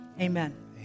Amen